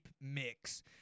mix